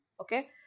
Okay